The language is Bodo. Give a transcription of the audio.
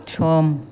सम